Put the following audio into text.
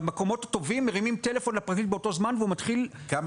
במקומות הטובים מרימים טלפון לפרקליט באותו זמן והוא מתחיל -- כמה